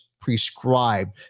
prescribed